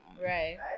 right